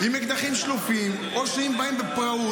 עם אקדחים שלופים, או שבאים בפראות.